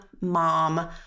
mom